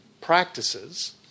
practices